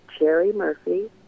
jerrymurphy